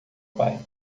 pai